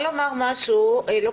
הישיבה ננעלה בשעה 11:34.